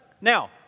Now